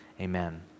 amen